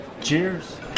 Cheers